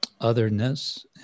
otherness